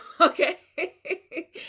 Okay